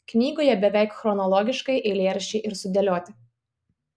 knygoje beveik chronologiškai eilėraščiai ir sudėlioti